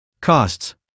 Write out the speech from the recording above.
Costs